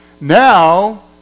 now